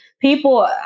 People